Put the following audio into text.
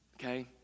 okay